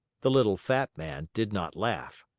the little fat man did not laugh.